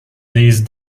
these